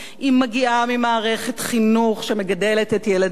היא מגיעה ממערכת חינוך שמגדלת את ילדיה,